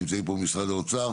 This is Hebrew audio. נמצא פה משרד האוצר